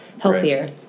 healthier